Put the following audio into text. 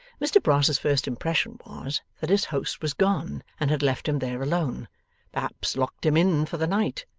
mr brass's first impression was, that his host was gone and had left him there alone perhaps locked him in for the night.